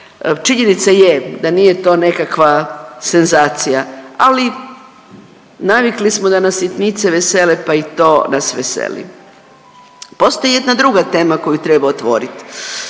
Činjenica je da nije to nekakva senzacija, ali navikli smo da nas sitnice vesele pa i to nas veseli. Postoji jedna druga tema koju treba otvoriti